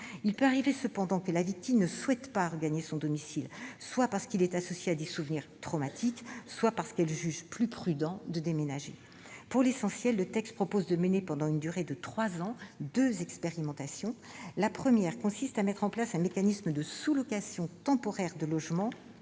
Il peut arriver néanmoins que la victime ne souhaite pas regagner son domicile, soit parce qu'il est associé à des souvenirs traumatiques, soit parce qu'elle juge plus prudent de déménager. Pour l'essentiel, le texte prévoit de mener, pendant une durée de trois ans, deux expérimentations. La première consiste à mettre en place un mécanisme de sous-location temporaire de logements